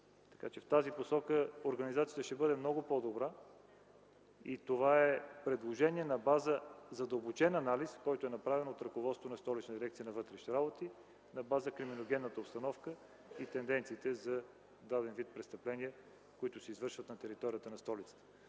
звено. В тази посока организацията ще бъде много по-добра и това е предложение на база задълбочен анализ, който е направен от ръководството на Столична дирекция на вътрешните работи на база криминогенната обстановка и тенденциите за даден тип престъпления, които се извършват на територията на столицата.